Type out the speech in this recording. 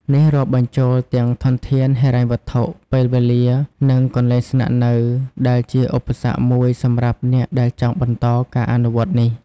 នេះរាប់បញ្ចូលទាំងធនធានហិរញ្ញវត្ថុ ពេលវេលា និងកន្លែងស្នាក់នៅ ដែលជាឧបសគ្គមួយសម្រាប់អ្នកដែលចង់បន្តការអនុវត្តន៍នេះ។